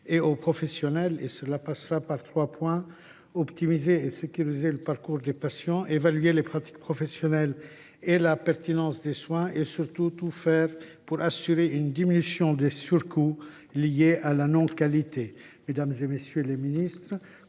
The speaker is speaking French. et aux professionnels. Cette réforme passera par trois points : optimiser et sécuriser le parcours des patients ; évaluer les pratiques professionnelles et la pertinence des soins ; et surtout, tout faire pour assurer une diminution des surcoûts liés à la non qualité. Madame la ministre, messieurs les ministres,